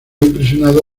impresionado